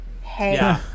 hey